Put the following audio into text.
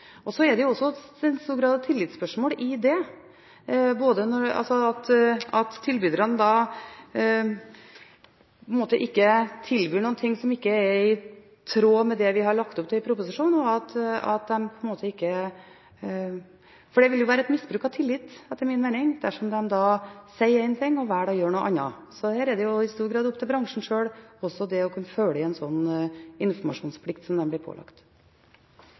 stor grad et spørsmål om tillit, at tilbyderne ikke tilbyr noe som ikke er i tråd med det vi har lagt opp til i proposisjonen. Det ville etter min mening være misbruk av tillit dersom de sier én ting – og velger å gjøre noe annet. Det er i stor grad opp til bransjen sjøl å oppfylle den informasjonsplikten som de blir pålagt.